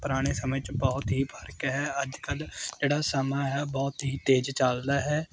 ਪੁਰਾਣੇ ਸਮੇਂ 'ਚ ਬਹੁਤ ਹੀ ਫਰਕ ਹੈ ਅੱਜ ਕੱਲ੍ਹ ਜਿਹੜਾ ਸਮਾਂ ਹੈ ਬਹੁਤ ਹੀ ਤੇਜ਼ ਚੱਲਦਾ ਹੈ